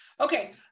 Okay